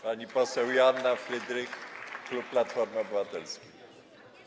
Pani poseł Joanna Frydrych, klub Platformy Obywatelskiej.